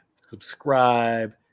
subscribe